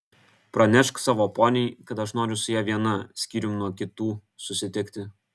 pranešk savo poniai kad aš noriu su ja viena skyrium nuo kitų susitikti